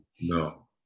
No